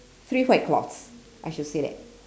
three white cloths I should say that